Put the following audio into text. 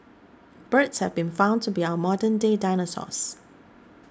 birds have been found to be our modernday dinosaurs